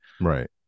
right